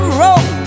road